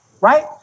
right